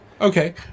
Okay